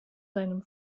seinem